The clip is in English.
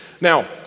Now